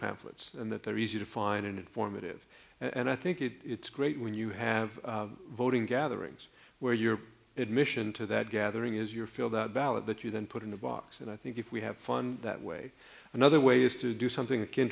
pamphlets and that they're easy to find and informative and i think it's great when you have voting gatherings where your admission to that gathering is your feel that ballot that you then put in the box and i think if we have fun that way another way is to do something akin